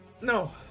No